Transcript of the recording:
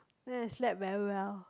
then I slept very well